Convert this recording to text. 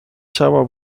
tower